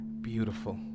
beautiful